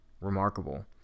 Remarkable